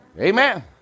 amen